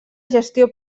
gestió